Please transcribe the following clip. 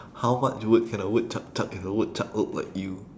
how much wood can a woodchuck chuck if a woodchuck look like you